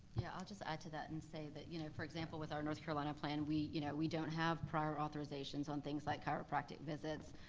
yeah, i'll just add to that and say, you know for example, with our north carolina plan, we you know we don't have prior authorizations on things like chiropractic visits,